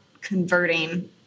converting